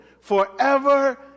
forever